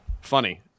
funny